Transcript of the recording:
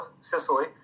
Sicily